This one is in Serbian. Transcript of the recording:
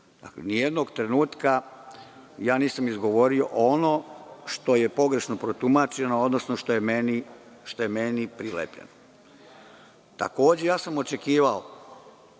nijednog trenutka nisam izgovorio ono što je pogrešno protumačeno, odnosno što je meni prilepljeno. Takođe sam očekivao